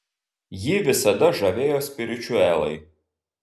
jį visada žavėjo spiričiuelai